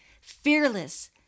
fearless